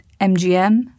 MGM